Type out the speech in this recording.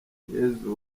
yezu